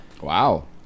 Wow